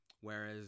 whereas